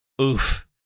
oof